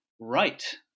right